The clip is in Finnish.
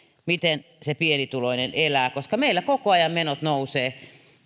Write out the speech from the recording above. miten se pienituloinen elää koska meillä koko ajan menot nousevat